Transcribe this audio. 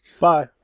Bye